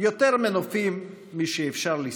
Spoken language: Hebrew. יותר מנופים משאפשר לספור.